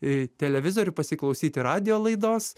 į televizorių pasiklausyti radijo laidos